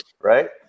right